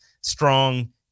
strong